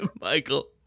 Michael